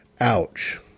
Ouch